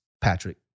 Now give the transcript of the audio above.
Patrick